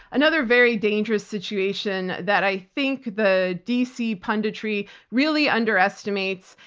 another very dangerous situation that i think the dc punditry really underestimates.